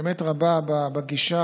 אמת רבה בגישה